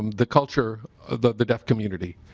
um the culture of the deaf community.